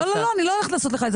אני לא הולכת לעשות לך את זה,